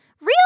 Real